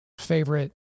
favorite